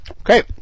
Okay